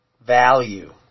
value